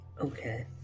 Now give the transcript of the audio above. Okay